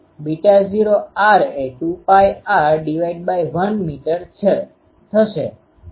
અને ૦r એ 2πr1m થશે